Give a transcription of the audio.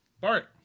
Bart